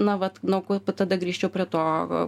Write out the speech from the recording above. na vat nuo ko tada grįžčiau prie to